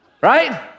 Right